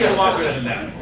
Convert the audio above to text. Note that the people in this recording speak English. ah longer than that?